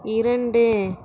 இரண்டு